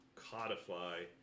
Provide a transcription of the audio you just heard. Codify